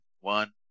One